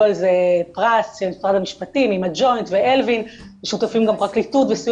על זה פרס של משרד המשפטים עם הג'וינט ואלווין שותפים גם הפרקליטות בסיוע